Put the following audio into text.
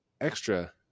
extra